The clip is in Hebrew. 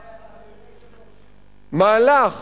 אדוני היושב-ראש, המהלך